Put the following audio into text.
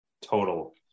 total